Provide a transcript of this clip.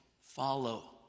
follow